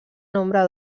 nombre